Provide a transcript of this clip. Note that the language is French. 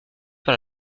par